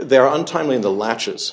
they're on time when the latches